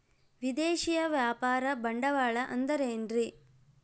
ವಿದೇಶಿಯ ವ್ಯಾಪಾರ ಬಂಡವಾಳ ಅಂದರೆ ಏನ್ರಿ?